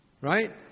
Right